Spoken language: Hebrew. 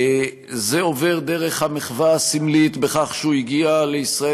זה עובר דרך המחווה הסמלית בכך שהוא הגיע לישראל